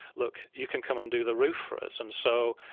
look, you can come and do the roof for us and so,